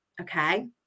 okay